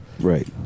Right